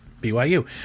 BYU